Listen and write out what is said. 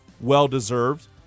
Well-deserved